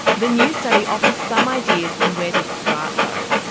the new study offers some ideas on where to start though.